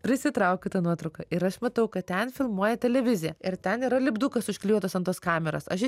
prisitraukiu tą nuotrauką ir aš matau kad ten filmuoja televizija ir ten yra lipdukas užklijuotas ant tos kameros aš